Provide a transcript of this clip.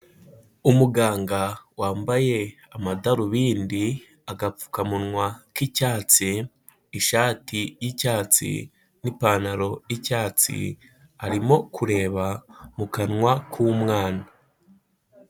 Umuganga wambaye amadarubindi, agapfukamunwa k'icyatsi, ishati y'icyatsi n'ipantaro y'icyatsi, arimo kureba mu kanwa k'umwana.